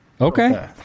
Okay